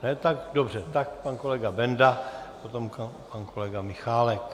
Ne, tak dobře, tak pan kolega Benda, potom pan kolega Michálek.